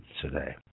today